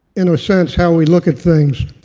in a sense, how we look at things.